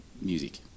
Music